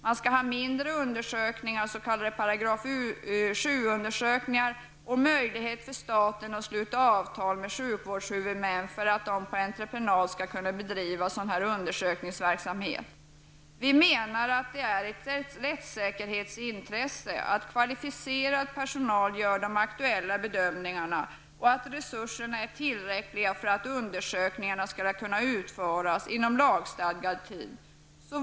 Man skall ha färre undersökningar, s.k. § 7 undersökningar, och möjlighet för staten att sluta avtal med sjukvårdshuvudmän för att de på entreprenad skall kunna bedriva sådan undersökningsverksamhet. Vi menar att det är ett rättssäkerhetsintresse att kvalificerad personal gör de aktuella bedömningarna och att resurserna är tillräckliga för att undersökningarna skall kunna utföras inom lagstadgad tid.